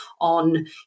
on